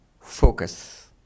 focus